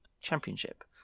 Championship